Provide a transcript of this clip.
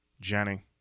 Jenny